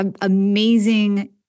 amazing